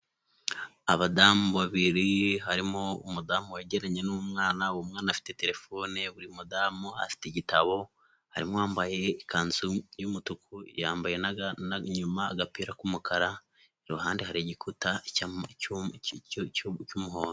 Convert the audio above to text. Abadamu babiri harimo umudamu wegeranye n'umwana, uwo mwana afite Telefone buri mudamu afite igitabo. Harimo uwambaye ikanzu y'umutuku yambaye inyuma agapira k'umukara. Iruhande hari igikuta cy'umuhondo.